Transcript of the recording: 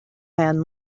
man